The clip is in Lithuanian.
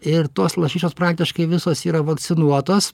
ir tos lašišos praktiškai visos yra vakcinuotos